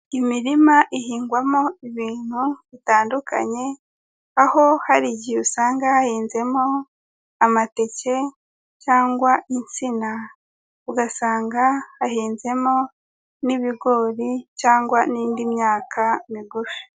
Imirima ihingwamo ibintu bitandukanye, aho hari igihe usanga hahinzemo amateke cyangwa insina, ugasanga hahinzemo n'ibigori cyangwa n'indi myaka migufi.